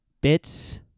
bits